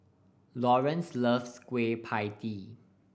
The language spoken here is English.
Laurance loves Kueh Pie Tee